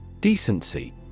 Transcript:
Decency